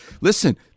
Listen